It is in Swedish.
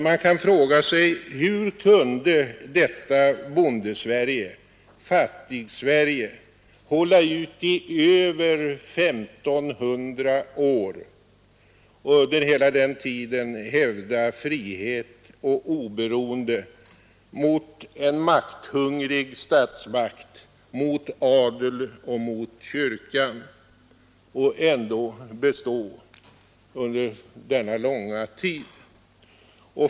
Man kan fråga sig: Hur kunde detta Bondesverige, Fattigsverige, hålla ut i över 1 500 år och under hela den tiden hävda frihet och oberoende mot en makthungrig statsmakt, mot adeln och mot kyrkan?